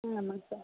ம் ஆமாங்க சார்